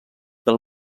del